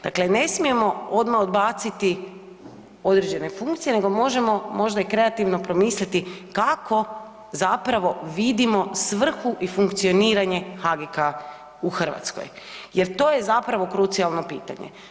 Dakle, ne smijemo odmah odbaciti određene funkcije nego možemo možda i kreativno promisliti kako zapravo vidimo svrhu i funkcioniranje HGK u Hrvatskoj jer to je zapravo krucijalno pitanje.